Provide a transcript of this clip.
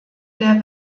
der